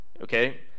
Okay